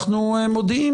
אנחנו מודיעים